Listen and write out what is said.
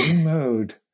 mode